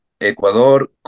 Ecuador